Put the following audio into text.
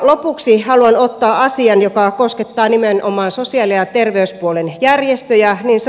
lopuksi haluan ottaa asian joka koskettaa nimenomaan sosiaali ja terveyspuolen järjestöjä